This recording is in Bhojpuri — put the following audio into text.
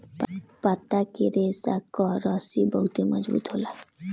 पत्ता के रेशा कअ रस्सी बहुते मजबूत होला